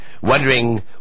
wondering